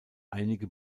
einige